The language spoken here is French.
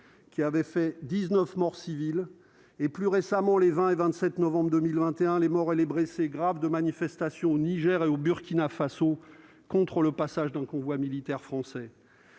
Qui avait fait 19 morts civils, et plus récemment les 20 et 27 novembre 2021, les morts et les blessés graves de manifestations au Niger et au Burkina Faso, contre le passage d'un convoi militaire français.